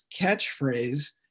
catchphrase